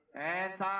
and